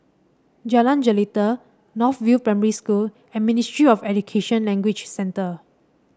Jalan Jelita North View Primary School and Ministry of Education Language Centre